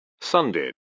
Sunday